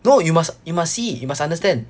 no you must you must see you must understand